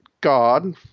God